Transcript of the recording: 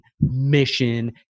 mission